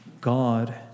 God